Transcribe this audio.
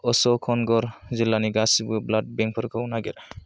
अश'कनगर जिल्लानि गासिबो ब्लाड बेंकफोरखौ नागिर